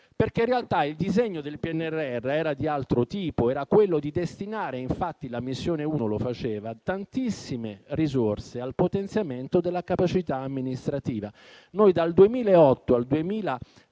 perché in realtà il disegno del PNRR era di altro tipo: era quello di destinare - infatti la missione 1 lo faceva - tantissime risorse al potenziamento della capacità amministrativa. Dal 2008 al 2030